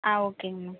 ஆ ஓகேங்க மேம்